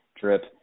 Drip